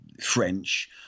French